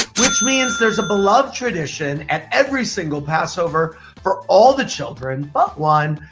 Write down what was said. which means there's a beloved tradition at every single passover for all the children, but one,